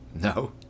No